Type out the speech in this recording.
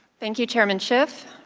thank you. chairman schiff,